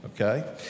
Okay